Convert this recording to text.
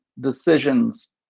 decisions